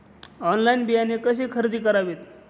Online बियाणे कशी खरेदी करावीत?